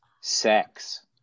sex